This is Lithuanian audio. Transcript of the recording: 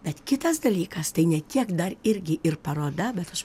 bet kitas dalykas tai ne tiek dar irgi ir paroda bet aš